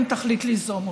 אם תחליט ליזום אותן.